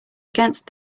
against